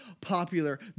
popular